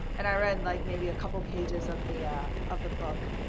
and i read like maybe a couple of pages of the ah of the book.